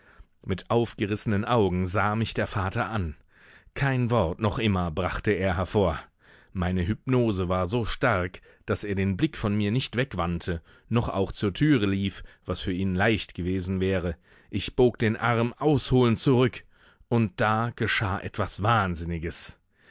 mit aufgerissenen augen sah mich der vater an kein wort noch immer brachte er hervor meine hypnose war so stark daß er den blick von mir nicht wegwandte noch auch zur türe lief was für ihn leicht gewesen wäre ich bog den arm ausholend zurück und da geschah etwas wahnsinniges